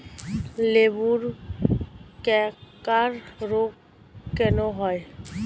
লেবুর ক্যাংকার রোগ কেন হয়?